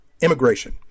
immigration